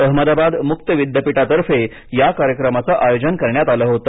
अहमदाबाद मुक्त विद्यापीठातर्फे या कार्यक्रमाचे आयोजन करण्यात आलं होतं